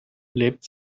lebt